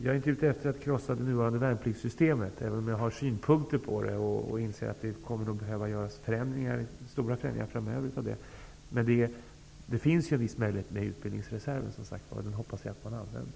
Jag är inte ute efter att krossa det nuvarande värnpliktssystemet, även om jag har synpunkter på detta och inser att det kommer att behöva göras stora förändringar framöver. Det finns, som sagt, en viss möjlighet med utbildningsreserven, och den hoppas jag att man använder.